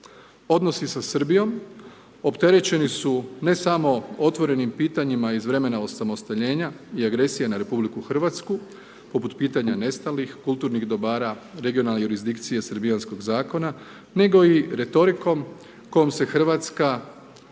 Odnosi sa Srbijom opterećeni su ne samo otvorenim pitanjima iz vremena osamostaljenja i agresije na RH poput pitanja nestalih, kulturnih dobara, regionalne jurisdikcije srbijanskog zakona nego i retorikom kojom se Hrvatska